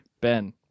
ben